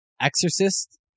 Exorcist